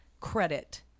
credit